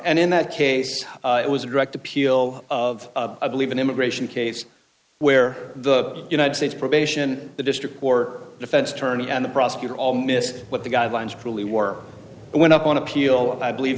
and in that case it was a direct appeal of i believe an immigration case where the united states probation the district or defense attorney and the prosecutor all miss what the guidelines really were and went up on appeal of i believe